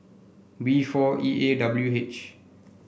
V four E A W H